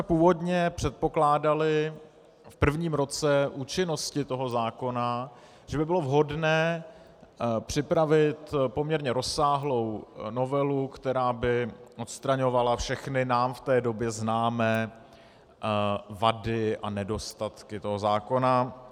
Původně jsme předpokládali v prvním roce účinnosti toho zákona, že by bylo vhodné připravit poměrně rozsáhlou novelu, která by odstraňovala všechny nám v té době známé vady a nedostatky zákona.